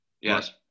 Yes